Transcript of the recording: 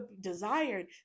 desired